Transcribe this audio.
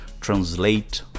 translate